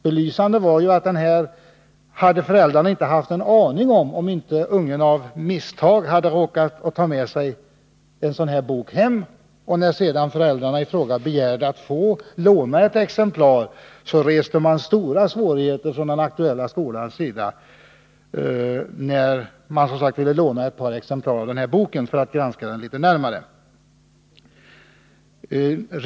Belysande är ju att i det aktuella fallet råkade eleven av misstag ta med sig boken hem, varefter det restes stora hinder från skolans sida när föräldrarna ville låna ett par exemplar av boken för att granska den litet närmare.